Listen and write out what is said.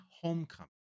Homecoming